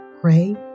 Pray